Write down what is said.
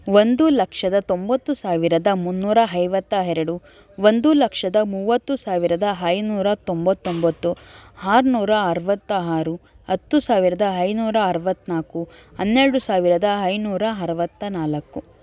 ಒಂದು ಲಕ್ಷದ ತೊಂಬತ್ತು ಸಾವಿರದ ಮುನ್ನೂರ ಐವತ್ತ ಎರಡು ಒಂದು ಲಕ್ಷದ ಮೂವತ್ತು ಸಾವಿರದ ಐನೂರ ತೊಂಬತ್ತೊಂಬತ್ತು ಆರುನೂರ ಅರವತ್ತಾ ಆರು ಹತ್ತು ಸಾವಿರದ ಐನೂರ ಅರವತ್ನಾಲ್ಕು ಹನ್ನೆರಡು ಸಾವಿರದ ಐನೂರ ಅರವತ್ತ ನಾಲ್ಕು